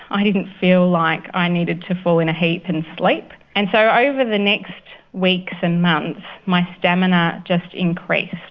i didn't feel like i needed to fall in a heap and sleep. and so over the next weeks and months my stamina just increased.